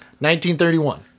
1931